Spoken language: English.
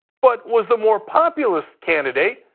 but was the more populist candidate,